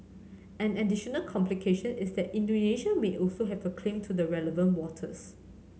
an additional complication is that Indonesia may also have a claim to the relevant waters